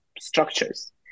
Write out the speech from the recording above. structures